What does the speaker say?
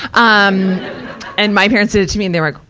um and my parents did it me. and they were